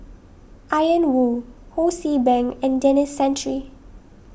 Ian Woo Ho See Beng and Denis Santry